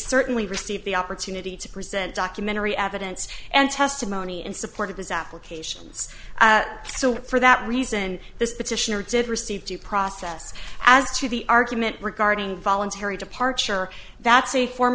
certainly received the opportunity to present documentary evidence and testimony in support of his applications so for that reason this petitioner did receive due process as to the argument regarding voluntary departure that's a form